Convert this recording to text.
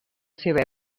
seva